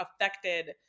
affected